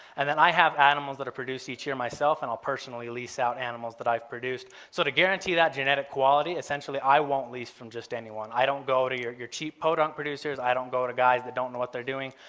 and then i have animals that are produced each year myself and i'll personally lease out animals that i've produced. so to guarantee that genetic quality, essentially i won't lease from just anyone. i don't go to your your cheap podunk producers. i don't go to guys that don't know what they're doing.